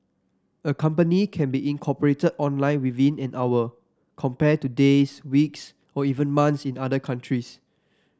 a company can be incorporated online within an hour compared to days weeks or even months in other countries